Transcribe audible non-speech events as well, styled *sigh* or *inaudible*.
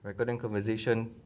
recording conversation *noise*